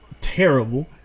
terrible